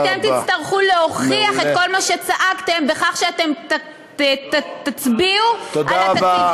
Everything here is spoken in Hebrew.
ואתם תצטרכו להוכיח את כל מה שצעקתם בכך שאתם תצביעו על התקציב.